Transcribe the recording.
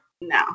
no